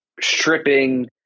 stripping –